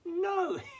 No